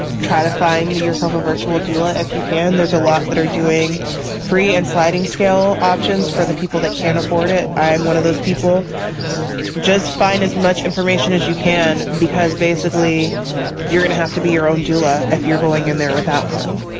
try to find yourself a virtual doula if you can. there's a lot that are doing free and sliding scale options for the people that can't afford it. i am one of those people just find as much information as you can because basically you're going to have to be your own doula if you're going in there without one.